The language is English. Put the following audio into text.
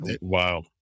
Wow